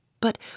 But